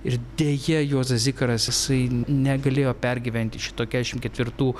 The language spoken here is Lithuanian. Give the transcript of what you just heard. ir deja juozas zikaras jisai negalėjo pergyventi šito keturiasdešimt ketvirtų